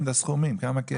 הסכומים, כמה כסף.